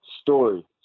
story